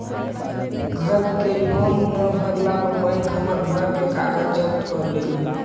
घर के लोन न भरला पर बैंक हमर घर के कागज जब्त कर लेलई